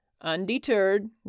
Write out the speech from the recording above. undeterred